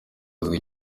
azwi